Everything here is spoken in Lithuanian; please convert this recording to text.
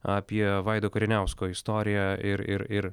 apie vaido kariniausko istoriją ir ir ir